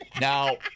Now